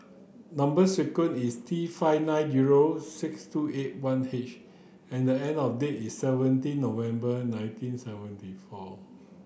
number sequence is T five nine zero six two eight one H and I know date is seventeen November nineteen seventy four